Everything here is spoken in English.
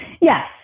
Yes